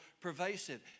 pervasive